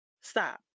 Stop